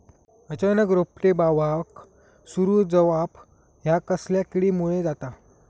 अचानक रोपटे बावाक सुरू जवाप हया कसल्या किडीमुळे जाता?